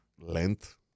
length